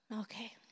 Okay